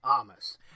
Amos